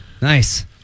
Nice